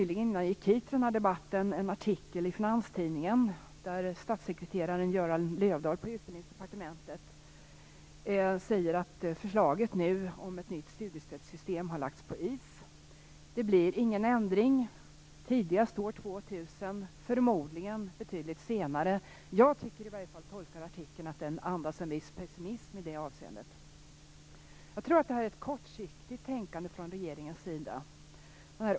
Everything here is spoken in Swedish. Innan jag gick till den här debatten läste jag en artikel i Finans Tidningen, där statssekreterare Göran Löfdahl på Utbildningsdepartementet sade att förslaget om ett nytt studiestödssystem har lagts på is. Det blir ingen ändring nu utan tidigast år 2000 - förmodligen betydligt senare. Jag tolkar artikeln så att den andas en viss pessimism i det avseendet. Jag tror att detta är ett kortsiktigt tänkande från regeringens sida.